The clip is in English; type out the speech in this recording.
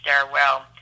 stairwell